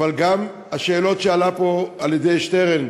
אבל גם השאלות שהועלו פה על-ידי שטרן,